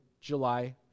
July